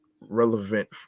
relevant